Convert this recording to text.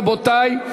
רבותי,